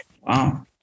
Wow